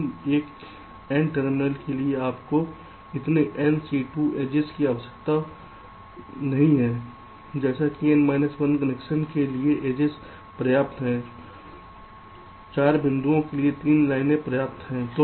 लेकिन एक n terminal के लिए आपको इतने C2n एड्जेस की ज़रूरत नहीं है जैसे कि n−1 कनेक्शन बनाने के लिए एड्जेस पर्याप्त हैं 4 बिंदुओं के लिए 3 लाइनें पर्याप्त हैं